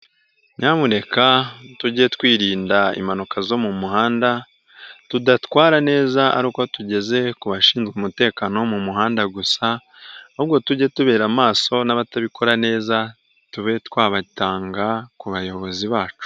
Nyamuneka tujye twirinda impanuka zo mu muhanda, tudatwara neza ari uko tugeze ku bashinzwe umutekano wo mu muhanda gusa, ahubwo tujye tubera maso n'abatabikora neza tube twabatanga ku bayobozi bacu.